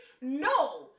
no